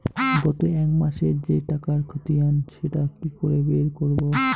গত এক মাসের যে টাকার খতিয়ান সেটা কি করে বের করব?